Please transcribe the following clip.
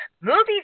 Movies